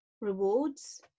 rewards